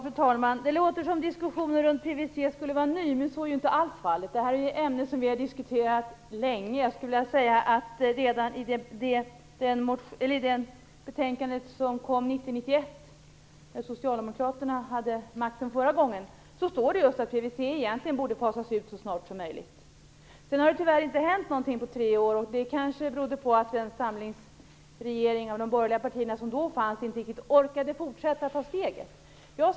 Fru talman! Det låter som om diskussionen om PVC skulle vara ny, men så är inte alls fallet. Det är ett ämne som vi har diskuterat länge. Redan i det betänkande som avgavs 1990/91, när socialdemokraterna förra gången hade makten, anfördes det att PVC egentligen borde fasas ut så snart som möjligt. Det har sedan tyvärr inte hänt något på tre år, och det berodde kanske på att den borgerliga samlingsregering som då fanns inte riktigt orkade att ta detta steg.